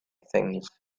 things